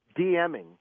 DMing